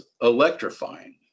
electrifying